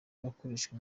gukoreshwa